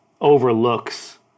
overlooks